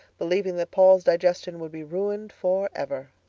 believing that paul's digestion would be ruined for ever.